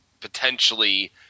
potentially